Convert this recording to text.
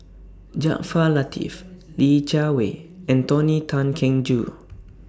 Jaafar Latiff Li Jiawei and Tony Tan Keng Joo